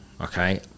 okay